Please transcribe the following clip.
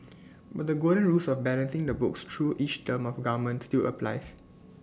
but the golden rules of balancing the books through each term of government still applies